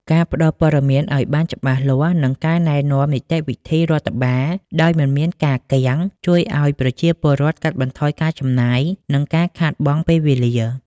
ការផ្តល់ព័ត៌មានឱ្យបានច្បាស់លាស់ និងការណែនាំនីតិវិធីរដ្ឋបាលដោយមិនមានការគាំង ជួយឱ្យប្រជាពលរដ្ឋកាត់បន្ថយការចំណាយ និងការខាតបង់ពេលវេលា។